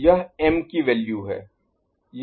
यह m की value है